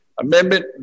Amendment